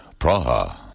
Praha